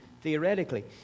theoretically